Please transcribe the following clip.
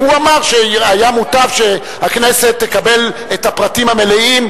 הוא אמר שהיה מוטב שהכנסת תקבל את הפרטים המלאים,